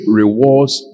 rewards